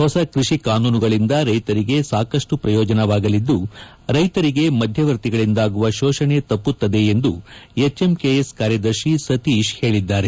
ಹೊಸ ಕೃಡಿ ಕಾನೂನುಗಳಿಂದ ರೈತರಿಗೆ ಸಾಕಷ್ಟು ಪ್ರಯೋಜನವಾಗಲಿದ್ದು ರೈತರಿಗೆ ಮಧ್ಯವರ್ತಿಗಳಿಂದಾಗುವ ಶೋಷಣೆ ತಪ್ಪುತ್ತದೆ ಎಂದು ಎಚ್ಎಂಕೆಎಸ್ ಕಾರ್ಯದರ್ಶಿ ಸತೀಶ್ ಹೇಳಿದ್ದಾರೆ